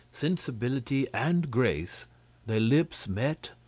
sensibility, and grace their lips met,